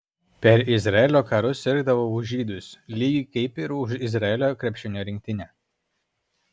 per izraelio karus sirgdavau už žydus lygiai kaip ir už izraelio krepšinio rinktinę